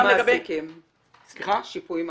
מה לגבי שיפוי מעסיקים?